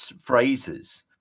phrases